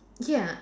ya